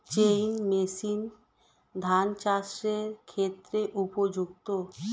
Chain machine ধান চাষের ক্ষেত্রে উপযুক্ত?